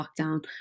Lockdown